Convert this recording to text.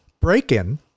break-in